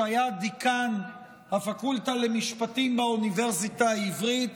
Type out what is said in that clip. שהיה דיקאן הפקולטה למשפטים באוניברסיטה העברית,